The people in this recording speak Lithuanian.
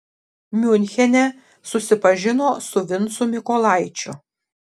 miunchene susipažino su vincu mykolaičiu